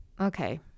Okay